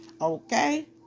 Okay